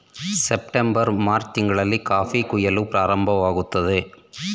September March ತಿಂಗಳಲ್ಲಿ coffee ಕುಯಿಲು ಪ್ರಾರಂಭವಾಗುತ್ತದೆ